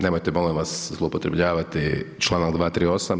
Nemojte molim vas zloupotrebljavati članak 238.